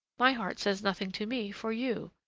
my heart says nothing to me for you.